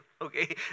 okay